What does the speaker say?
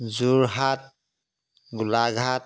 Jorhat Golaghat